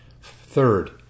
Third